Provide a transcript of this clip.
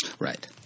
right